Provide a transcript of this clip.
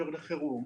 לחירום.